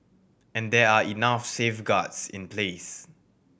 and there are enough safeguards in place